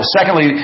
Secondly